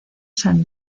san